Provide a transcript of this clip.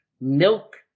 Milk